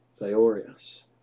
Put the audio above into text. theorius